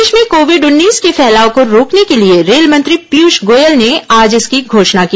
देश में कोविड उन्नीस के फैलाव को रोकने के लिए रेल मंत्री पीयूष गोयल ने आज इसकी घोषणा की